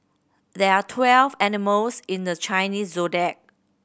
there are twelve animals in the Chinese Zodiac